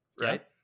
right